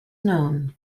known